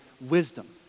Wisdom